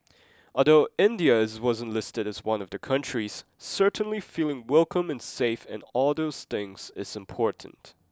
although India is wasn't listed as one of the countries certainly feeling welcome and safe and all those things is important